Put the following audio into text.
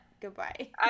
Goodbye